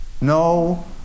No